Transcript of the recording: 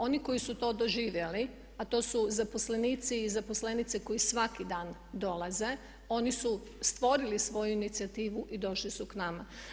Oni koji su to doživjeli a to su zaposlenici i zaposlenice koji svaki dan dolaze, oni su stvorili svoju inicijativu i došli su k nama.